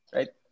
Right